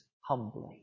humbly